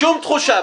שום תחושה.